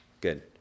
Good